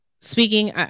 speaking